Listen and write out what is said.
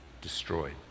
destroyed